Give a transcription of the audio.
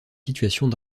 situations